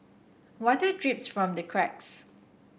water drips from the cracks